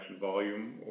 volume